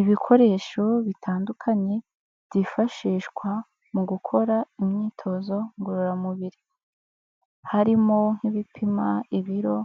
Ibikoresho bitandukanye byifashishwa mu gukora imyitozo ngororamubiri, harimo nk'ibipima ibiro